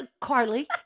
Carly